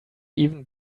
even